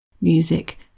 music